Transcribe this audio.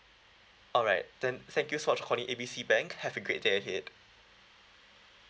alright then thank you so much for calling A B C bank have a great day ahead